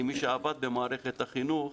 כמי שעבד במערכת החינוך,